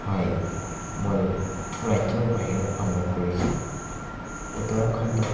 হয় মই ৰাজ্যৰ বাহিৰত ভ্ৰমণ কৰিছোঁ উত্তৰাখণ্ডত